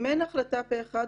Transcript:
אם אין החלטה פה-אחד,